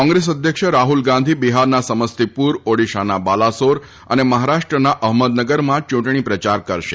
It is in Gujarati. કોંગ્રેસ અધ્યક્ષ રાફલ ગાંધી બિફારના સમસ્તીપુર ઓડીશાના બાલાસોર અને મફારાષ્ટ્રના અફમદનગરમાં ચૂંટણી પ્રચાર કરશે